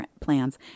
plans